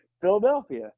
Philadelphia